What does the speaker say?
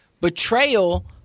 betrayal